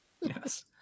Yes